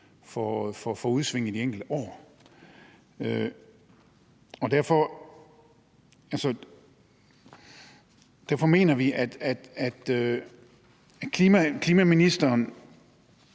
for udsving i de enkelte år. Derfor mener vi, at klimaministeren